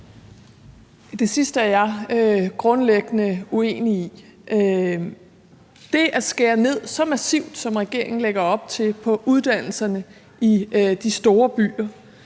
Det sidste er jeg grundlæggende uenig i. Det at skære ned så massivt, som regeringen lægger op til, på uddannelserne i de store byer,